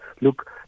look